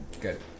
Good